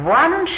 one